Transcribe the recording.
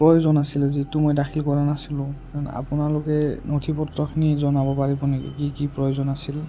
প্ৰয়োজন আছিলে যিটো মই দাখিল কৰা নাছিলোঁ কাৰণ আপোনালোকে নথি পত্ৰখিনি জনাব পাৰিব নেকি কি কি প্ৰয়োজন আছিল